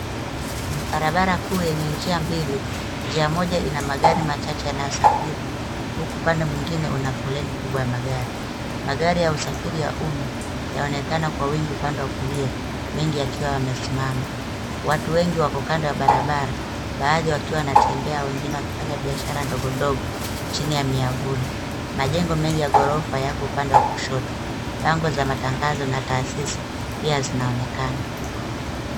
Barabara kuu yenye njia mbili; njia moja ina magari machache yanayosafiri, huku upande mwingine una foleni kubwa ya magari. Magari ya usafiri ya umma yaonekana kwa wingi upande wa kulia, mengi yakiwa yamesimama. Watu wengi wako kando ya barabara; baadhi wakiwa wanatembea wengine wakifanya biashara ndogo ndogo chini ya miavuli. Majengo mengi ya gorofa yako upande wa kushoto. Bango za matangazo na taasisi pia zinaonekana.